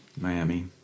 miami